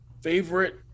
Favorite